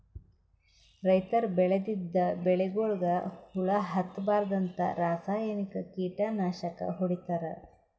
ರೈತರ್ ಬೆಳದಿದ್ದ್ ಬೆಳಿಗೊಳಿಗ್ ಹುಳಾ ಹತ್ತಬಾರ್ದ್ಂತ ರಾಸಾಯನಿಕ್ ಕೀಟನಾಶಕ್ ಹೊಡಿತಾರ್